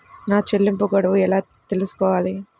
నా చెల్లింపు గడువు ఎలా తెలుసుకోవాలి?